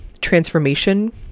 transformation